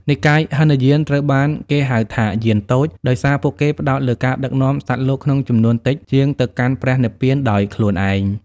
និកាយហីនយានត្រូវបានគេហៅថា "យានតូច" ដោយសារពួកគេផ្តោតលើការដឹកនាំសត្វលោកក្នុងចំនួនតិចជាងទៅកាន់ព្រះនិព្វានដោយខ្លួនឯង។